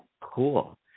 Cool